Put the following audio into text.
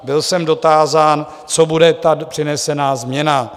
Byl jsem dotázán, co bude ta přinesená změna.